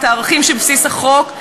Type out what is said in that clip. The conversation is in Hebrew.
את הערכים שבבסיס החוק,